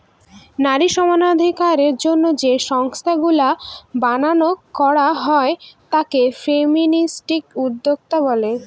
নারী সমানাধিকারের জন্য যে সংস্থাগুলা বানানো করা হয় তাকে ফেমিনিস্ট উদ্যোক্তা বলে